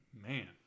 man